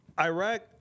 Iraq